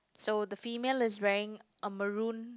so the female is wearing a maroon